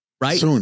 right